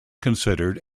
considered